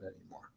anymore